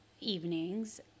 evenings